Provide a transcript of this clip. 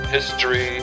History